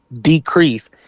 decrease